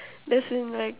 that's in like